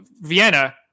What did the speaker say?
Vienna